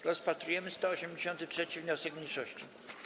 Rozpatrujemy 183. wniosek mniejszości.